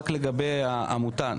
רק לגבי העמותה,